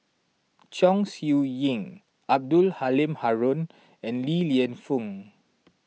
Chong Siew Ying Abdul Halim Haron and Li Lienfung